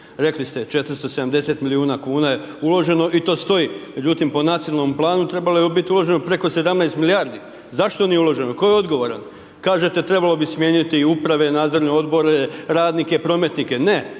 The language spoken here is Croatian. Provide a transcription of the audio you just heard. Rekli ste 470 milijuna kuna je uloženo i to stoj. Međutim po nacionalnom planu trebalo je biti uloženo preko 17 milijardi. Zašto nije uloženo? Tko je odgovoran? Kažete trebalo bi smijeniti uprave, nadzorne odbore, radnike, prometnike. Ne,